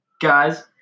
Guys